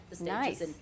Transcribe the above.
Nice